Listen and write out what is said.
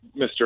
Mr